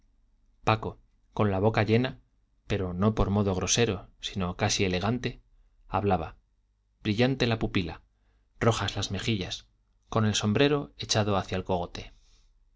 paco con la boca llena pero no por modo grosero sino casi elegante hablaba brillante la pupila rojas las mejillas con el sombrero echado hacia el cogote